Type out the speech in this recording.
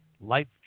Life